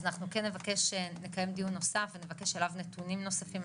אז אנחנו כן נבקש לקיים דיון נוסף ונבקש אליו נתונים נוספים.